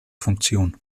funktion